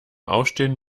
aufstehen